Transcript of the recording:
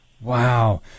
Wow